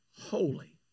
holy